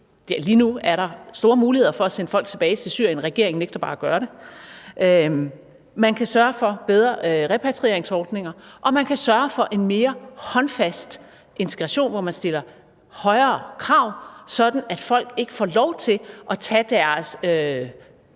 lige nu er der store muligheder for at sende folk tilbage til Syrien, men regeringen nægter bare at gøre det – man kan sørge for bedre repatrieringsordninger; og man kan sørge for en mere håndfast integration, hvor man stiller højere krav, sådan at folk ikke får lov til at tage deres